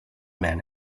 man